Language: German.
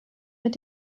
mit